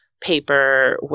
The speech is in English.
paper